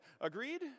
Agreed